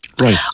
Right